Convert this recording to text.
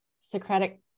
Socratic